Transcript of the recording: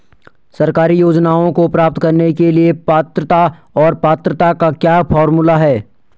सरकारी योजनाओं को प्राप्त करने के लिए पात्रता और पात्रता का क्या फार्मूला है?